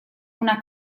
una